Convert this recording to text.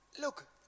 Look